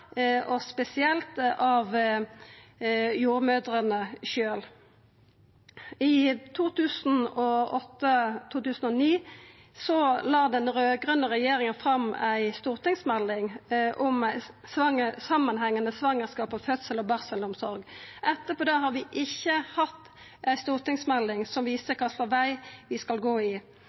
spesielt av jordmødrene sjølve. I 2008/2009 la den raud-grøne regjeringa fram ei stortingsmelding om samanhengande svangerskaps-, fødsels- og barselomsorg. Etter det har vi ikkje hatt ei stortingsmelding som viser kva veg vi skal gå. Det som har skjedd i